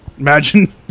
imagine